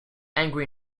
angry